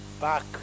back